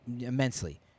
immensely